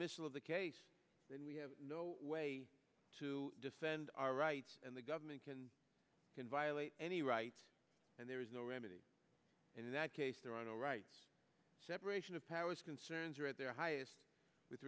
of the case then we have no way to defend our rights and the government can can violate any rights and there is no remedy in that case there are no rights separation of powers concerns are at their highest with